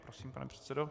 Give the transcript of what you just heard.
Prosím, pane předsedo.